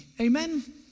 Amen